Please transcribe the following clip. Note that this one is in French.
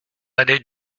allée